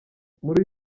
muri